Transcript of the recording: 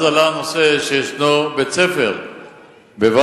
אז עלה הנושא שיש בית-ספר בוואדי-נעם,